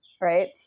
Right